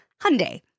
Hyundai